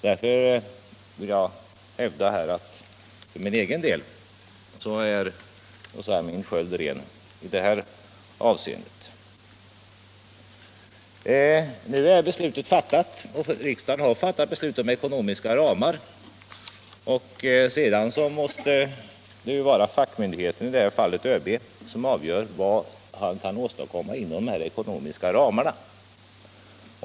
Därför vill jag för min egen del hävda att min sköld är ren i detta avseende. Beslutet om nedläggning av F 12 är fattat, och riksdagen har också fattat beslut om ekonomiska ramar. Sedan måste det vara fackmyndig Heten, i det här fallet ÖB, som avgör vad som kan åstadkommas inom dessa ekonomiska ramar.